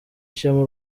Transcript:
ishema